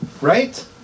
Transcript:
Right